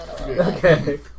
Okay